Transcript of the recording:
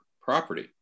property